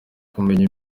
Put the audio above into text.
kumenya